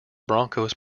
broncos